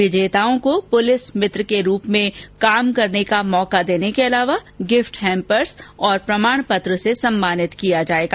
विजेताओं को पुलिस मित्र के रूप में काम करने का मौका देने के अलावा गिफ्ट हैम्पर्स और प्रमाण पत्र से सम्मानित किया जाएगा